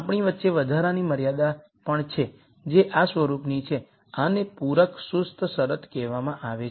આપણી પાસે વધારાની મર્યાદા પણ છે જે આ સ્વરૂપની છે આને પૂરક સુસ્ત શરત કહેવામાં આવે છે